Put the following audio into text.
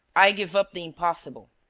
i give up the impossible.